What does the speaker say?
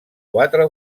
quatre